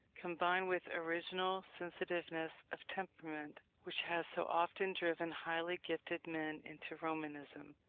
combined with original sensitiveness of temperament, which has so often driven highly gifted men into romanism,